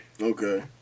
Okay